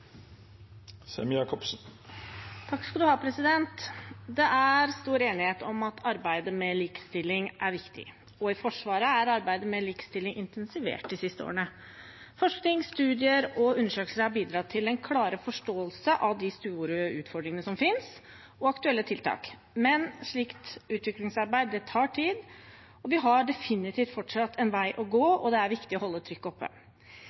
stor enighet om at arbeidet med likestilling er viktig, og i Forsvaret er arbeidet med likestilling intensivert de siste årene. Forskning, studier og undersøkelser har bidratt til en klarere forståelse av de store utfordringene som finnes, og aktuelle tiltak. Men slikt utviklingsarbeid tar tid. Vi har definitivt fortsatt en vei å gå, og det er viktig å holde trykket oppe.